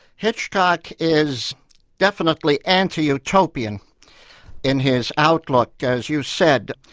hitchcock is definitely anti-utopian in his outlook as you said.